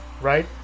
right